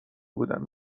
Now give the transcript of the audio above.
بودن